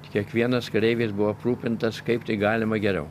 kiekvienas kareivis buvo aprūpintas kaip tai galima geriau